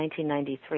1993